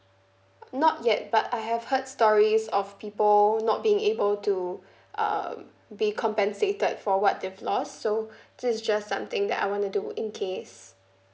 not yet but I have heard stories of people not being able to err be compensated for what they have lost so this is just something that I want to do in case